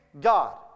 God